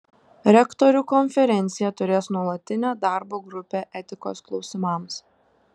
rektorių konferencija turės nuolatinę darbo grupę etikos klausimams